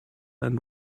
and